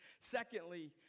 Secondly